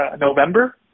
November